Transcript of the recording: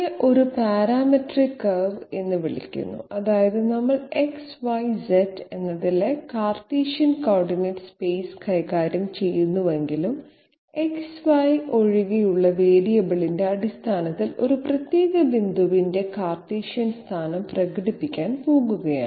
ഇതിനെ ഒരു parametric curve എന്ന് വിളിക്കുന്നു അതായത് നമ്മൾ x y z എന്നതിലെ കാർട്ടീഷ്യൻ കോർഡിനേറ്റ് സ്പേസ് കൈകാര്യം ചെയ്യുന്നുവെങ്കിലും x y ഒഴികെയുള്ള വേരിയബിളിന്റെ അടിസ്ഥാനത്തിൽ ഒരു പ്രത്യേക ബിന്ദുവിന്റെ കാർട്ടീഷ്യൻ സ്ഥാനം പ്രകടിപ്പിക്കാൻ പോകുന്നു